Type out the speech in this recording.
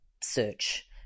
search